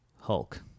Hulk